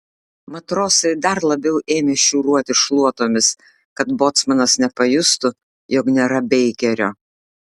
matrosai dar labiau ėmė šiūruoti šluotomis kad bocmanas nepajustų jog nėra beikerio